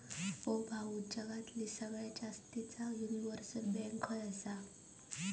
ओ भाऊ, जगातली सगळ्यात जास्तीचे युनिव्हर्सल बँक खय आसा